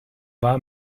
war